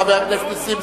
חבר הכנסת נסים,